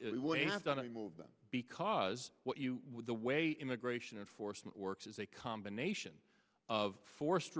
it was done in a movement because what you would the way immigration enforcement works is a combination of forced